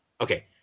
okay